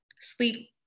sleep